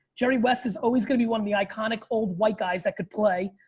jerry west is always gonna be one of the iconic old white guys that could play.